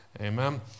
Amen